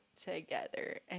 together